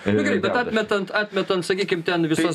nu gerai bet atmetant atmetant sakykim ten visas